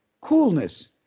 coolness